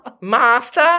Master